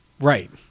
Right